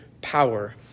power